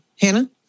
Hannah